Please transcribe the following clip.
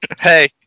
hey